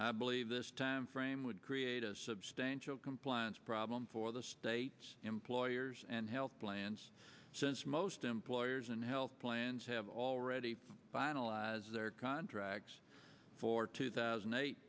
i believe this time frame would create a substantial compliance problem for the states employers and health plans since most employers and health plans have already finalize their contracts for two thousand and eight